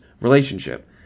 relationship